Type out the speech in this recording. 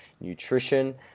nutrition